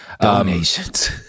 Donations